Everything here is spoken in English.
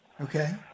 Okay